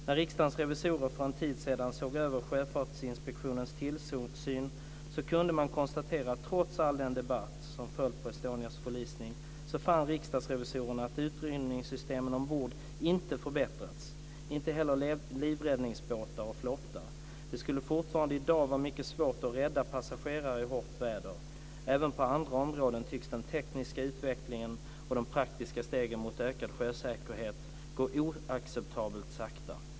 När Riksdagens revisorer för en tid sedan såg över Sjöfartsinspektionens tillsyn kunde de konstatera att, trots all den debatt som följde på Estonias förlisning, utrymningssystemen ombord inte förbättrats, inte heller livräddningsbåtar och flottar. Det skulle fortfarande i dag vara mycket svårt att rädda passagerare i hårt väder. Även på andra områden tycks den tekniska utvecklingen och de praktiska stegen mot ökad sjösäkerhet gå oacceptabelt sakta.